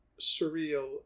surreal